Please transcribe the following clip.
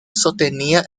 sostenía